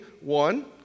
one